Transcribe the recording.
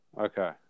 Okay